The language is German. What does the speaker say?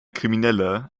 kriminelle